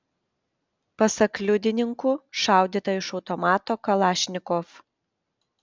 pasak liudininkų šaudyta iš automato kalašnikov